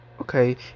Okay